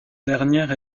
dernière